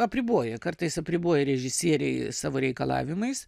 apriboja kartais apriboja režisieriai savo reikalavimais